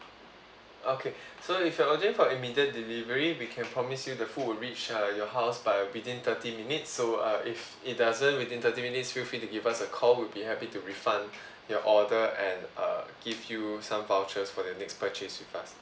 okay so if you're ordering for immediate delivery we can promise you the food will reach uh your house by within thirty minutes so uh if it doesn't within thirty minutes feel free to give us a call we'll be happy to refund your order and uh give you some vouchers for the next purchase with us